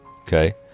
Okay